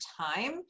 time